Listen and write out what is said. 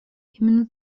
именно